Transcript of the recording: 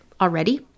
already